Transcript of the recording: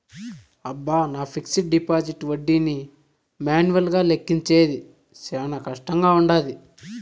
అబ్బ, నా fixed deposit ఒడ్డీని మాన్యువల్గా లెక్కించేది శానా కష్టంగా వుండాది